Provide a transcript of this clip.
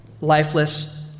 lifeless